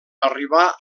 arribà